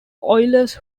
oilers